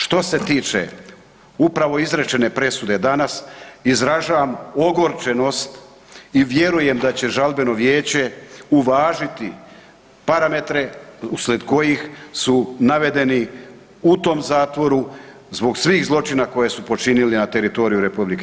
Što se tiče upravo izrečene presude danas izražavam ogorčenost i vjerujem da će Žalbeno vijeće uvažiti parametre uslijed kojih su navedeni u tom zatvoru zbog svih zločina koje su počiniti na teritoriju Republike Hrvatske.